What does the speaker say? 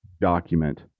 document